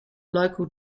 local